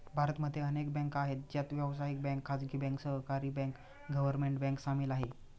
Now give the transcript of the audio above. भारत मध्ये अनेक बँका आहे, ज्यात व्यावसायिक बँक, खाजगी बँक, सहकारी बँक, गव्हर्मेंट बँक सामील आहे